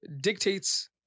dictates